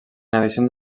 edicions